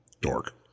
Dork